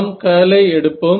நாம் கர்லை எடுப்போம்